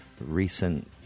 recent